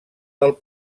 del